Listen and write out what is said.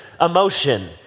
emotion